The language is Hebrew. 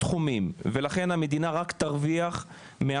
כשהתחלנו את כל התהליך הזה לא ידענו אם בכלל היהודים ירצו ללמוד עברית,